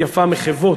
מחוות.